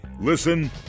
Listen